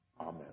Amen